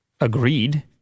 agreed